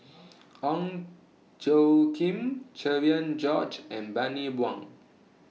Ong Tjoe Kim Cherian George and Bani Buang